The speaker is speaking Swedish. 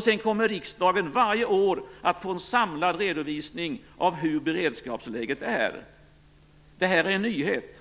Sedan kommer riksdagen varje år att få en samlad redovisning av hur beredskapsläget är. Det här är en nyhet,